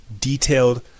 detailed